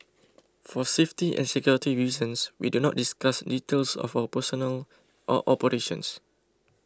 for safety and security reasons we do not discuss details of our personnel or operations